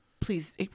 Please